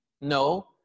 No